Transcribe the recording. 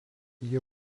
jie